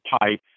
pipe